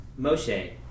Moshe